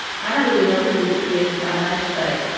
i don't really know who he is that much. but.